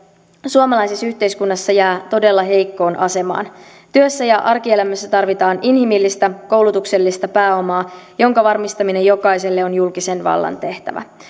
suomalaisessa yhteiskunnassa jää todella heikkoon asemaan työssä ja arkielämässä tarvitaan inhimillistä koulutuksellista pääomaa jonka varmistaminen jokaiselle on julkisen vallan tehtävä